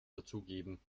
dazugeben